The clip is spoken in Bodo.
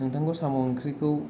नोंथांखौ साम' ओंख्रिखौ